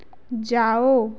जाओ